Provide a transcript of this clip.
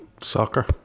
Soccer